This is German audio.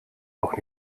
doch